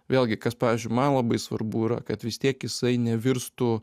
vėlgi kas pavyzdžiui man labai svarbu yra kad vis tiek jisai nevirstų